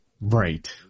Right